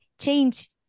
change